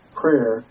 prayer